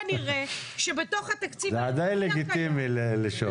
כנראה בתוך התקציב הקיים --- זה עדיין לגיטימי לשאול.